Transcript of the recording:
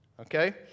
Okay